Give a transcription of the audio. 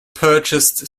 purchased